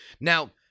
Now